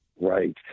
Right